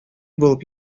булып